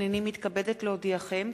הנני מתכבדת להודיעכם,